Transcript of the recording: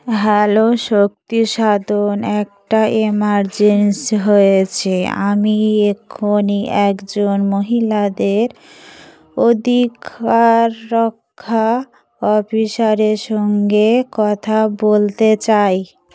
hello Shakti Sadan একটা emergency হয়েছে আমি এখনই একজন মহিলাদের অধিকারক্ষা অফিসারের সঙ্গে কথা বলতে চাই